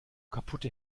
kaputte